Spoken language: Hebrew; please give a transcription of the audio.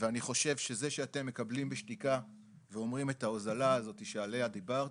ואני חושב שזה שאתם מקבלים בשתיקה ואומרים את ההוזלה הזאת שעליה דיברת,